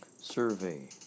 Survey